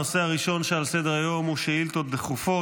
הנושא הראשון שעל סדר-היום, שאילתות דחופות.